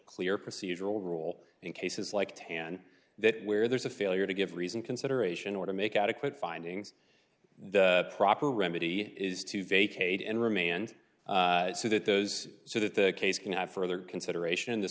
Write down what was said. clear procedural rule in cases like ten that where there's a failure to give reason consideration or to make adequate findings the proper remedy is to vacate and remain and so that those so that the case can have further consideration this